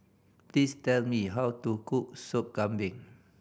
please tell me how to cook Sup Kambing